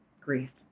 grief